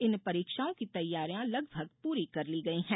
इन परीक्षाओं की तैयारियां लगभग पूरी कर ली गई हैं